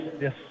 yes